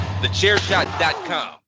TheChairShot.com